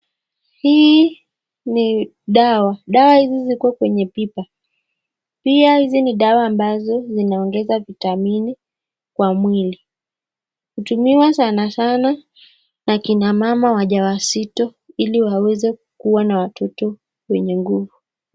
Hii ni dawa. Dawa hizi ziko kwenye pipa. Pia hizi ni dawa ambazo zinaongeza vitamini kwa mwili. Hutumiwa sana sana na akina mama wajawazito ili waweze kuwa na watoto wenye nguvu.